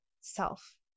self